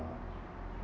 uh